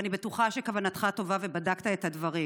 ואני בטוחה שכוונתך טובה, ובדקת את הדברים.